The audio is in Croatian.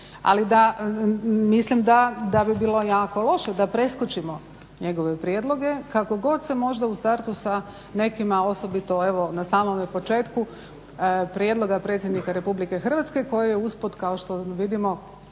Ali mislim da bi bilo jako loše da preskočimo njegove prijedloge kako god se možda u startu sa nekima, osobito evo na samome početku prijedloga predsjednika RH koji je usput kao što vidimo